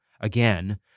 again